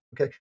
okay